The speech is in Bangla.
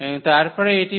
এবং তারপরে এটি